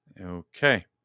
Okay